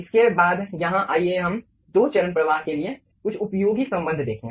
इसके बाद यहां आइए हम दो चरण प्रवाह के लिए कुछ उपयोगी संबंध देखें